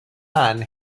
man